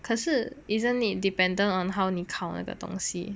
可是 isn't it dependent on how 你烤那个东西